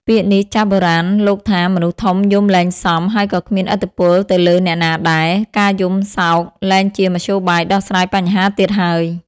ពាក្យនេះចាស់បុរាណលោកថា មនុស្សធំយំលែងសម ហើយក៏គ្មានឥទ្ធិពលទៅលើអ្នកណាដែរ ការយំសោកលែងជាមធ្យោបាយដោះស្រាយបញ្ហាទៀតហើយ។